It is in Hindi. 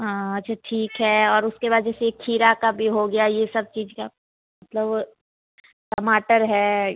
अच्छा ठीक है और उसके बाद जैसे खीरा का भी हो गया ये सब चीज का मतलब टमाटर है